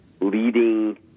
leading